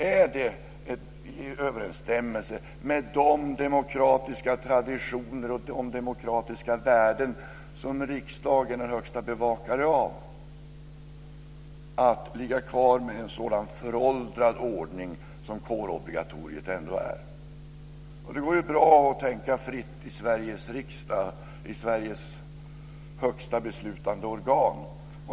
Är det i överensstämmelse med de demokratiska traditioner och de demokratiska värden som riksdagen är högsta bevakare av att ha kvar en sådan föråldrad ordning som kårobligatoriet ändå är? Det går bra att tänka fritt i Sveriges riksdag, i Sveriges högsta beslutande organ.